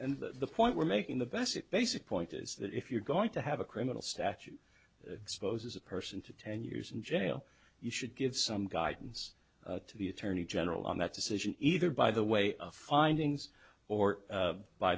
and the point we're making the best basic point is that if you're going to have a criminal statute exposes a person to ten years in jail you should give some guidance to the attorney general on that decision either by the way findings or